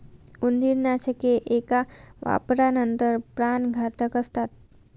उंदीरनाशके एका वापरानंतर प्राणघातक असतात